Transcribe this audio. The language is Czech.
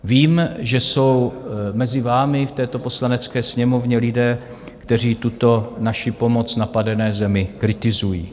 Vím, že jsou mezi vámi v této Poslanecké sněmovně lidé, kteří tuto naši pomoc napadené zemi kritizují.